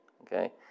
Okay